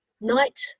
Night